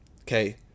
Okay